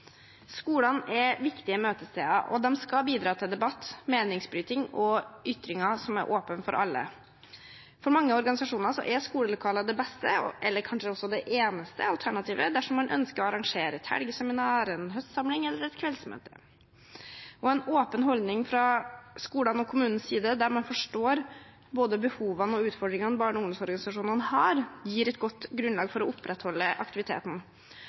Skolene er viktige møtesteder, og de skal bidra til debatter, meningsbrytinger og ytringer som er åpne for alle. For mange organisasjoner er skolelokaler det beste – eller kanskje også det eneste – alternativet dersom man ønsker å arrangere et helgeseminar, en høstsamling eller et kveldsmøte, og en åpen holdning fra skolenes og kommunenes side, der man forstår både behovene og utfordringene barne- og ungdomsorganisasjonene har, gir et godt grunnlag for å opprettholde aktiviteten.